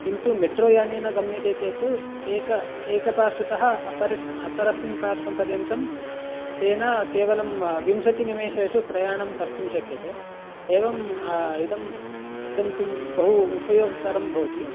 किन्तु मेट्रो यानेन गम्यते चेत् एक एकपार्श्वतः अपरिस् अपरस्मिन् पार्श्वपर्यन्तं तेन केवलं विंशतिनिमेषु प्रयाणं कर्तुं शक्यते एवम् इदम् इदं तुं बहु उपयोगकरं भवति